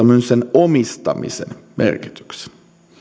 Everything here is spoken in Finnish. myös sen omistamisen merkityksen